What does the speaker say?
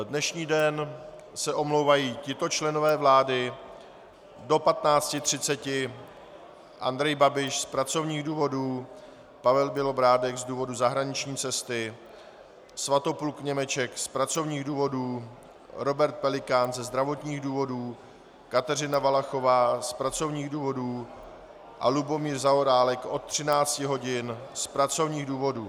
Dnešní den se omlouvají tito členové vlády: do 15.30 Andrej Babiš z pracovních důvodů, Pavel Bělobrádek z důvodu zahraniční cesty, Svatopluk Němeček z pracovních důvodů, Robert Pelikán ze zdravotních důvodů, Kateřina Valachová z pracovních důvodů a Lubomír Zaorálek od 13 hodin z pracovních důvodů.